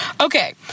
okay